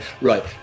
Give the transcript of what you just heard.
right